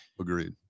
agreed